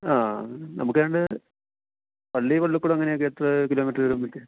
ആ നമുക്ക് ഏതാണ്ട് പള്ളി പള്ളിക്കൂടം അങ്ങനെ ഒക്കെ എത്ര കിലോമീറ്റർ വീതം പറ്റും